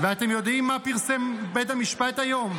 ואתם יודעים מה פרסם בית המשפט היום?